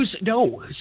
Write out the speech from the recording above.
no